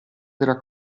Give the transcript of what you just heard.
della